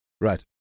Right